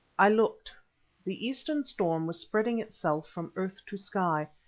i looked the eastern storm was spreading itself from earth to sky,